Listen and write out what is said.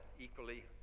equally